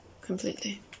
completely